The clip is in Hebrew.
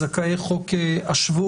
זכאי חוק השבות,